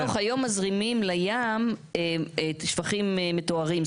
אבל חנוך, היום מזרימים לים שפכים מטוהרים.